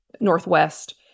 Northwest